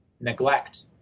neglect